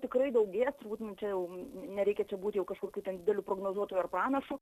tikrai daugės turbūt mum čia jau nereikia čia būt jau kažkokiu dideliu prognozuotoju ar pranašu